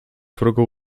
wrogo